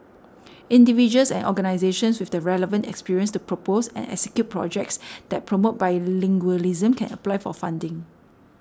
individuals and organisations with the relevant experience to propose and execute projects that promote bilingualism can apply for funding